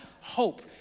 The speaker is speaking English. hope